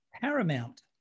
paramount